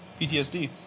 PTSD